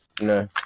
no